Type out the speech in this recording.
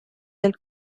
del